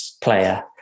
player